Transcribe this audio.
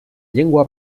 llengua